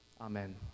Amen